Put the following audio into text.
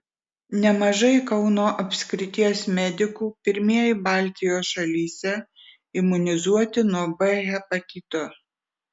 nemažai kauno apskrities medikų pirmieji baltijos šalyse imunizuoti nuo b hepatito